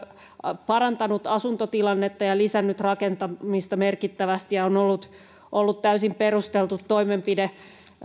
on parantanut asuntotilannetta ja ja lisännyt rakentamista merkittävästi ja on on ollut ollut täysin perusteltu toimenpide